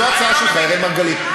זו ההצעה שלך, אראל מרגלית.